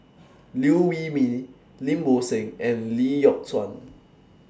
Liew Wee Mee Lim Bo Seng and Lee Yock Suan